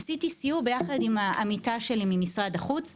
עשיתי סיור יחד עם העמיתה שלי ממשרד החוץ.